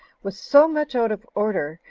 was so much out of order,